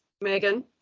Megan